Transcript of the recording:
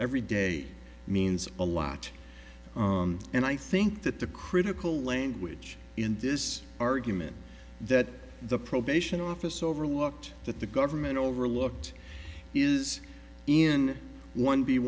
every day means a lot and i think that the critical language in this argument that the probation office overlooked that the government overlooked is in one b